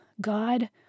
God